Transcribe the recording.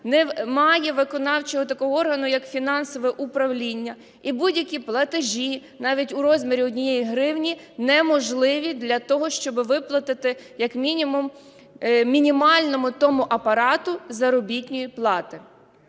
немає виконавчого такого органу як фінансове управління і будь-які платежі, навіть у розмірі 1 гривні, неможливі для того, щоб виплатити як мінімум мінімальному тому апарату заробітну плату.